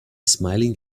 smiling